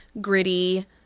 Gritty